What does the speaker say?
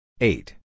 Eight